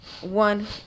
one